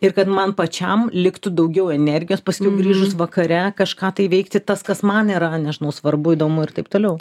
ir kad man pačiam liktų daugiau energijos paskiau grįžus vakare kažką tai veikti tas kas man yra nežinau svarbu įdomu ir taip toliau